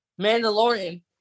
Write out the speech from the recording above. Mandalorian